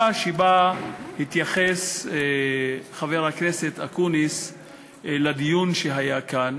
שבה התייחס חבר הכנסת אקוניס לדיון שהיה כאן